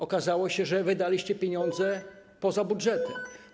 Okazało się, że wydaliście pieniądze poza budżetem.